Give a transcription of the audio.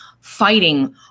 fighting